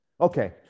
Okay